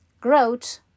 Growth